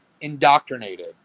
indoctrinated